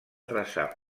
traçar